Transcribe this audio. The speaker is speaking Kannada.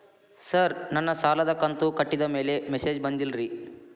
ಸರ್ ನನ್ನ ಸಾಲದ ಕಂತು ಕಟ್ಟಿದಮೇಲೆ ಮೆಸೇಜ್ ಬಂದಿಲ್ಲ ರೇ